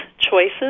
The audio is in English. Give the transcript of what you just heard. Choices